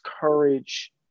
courage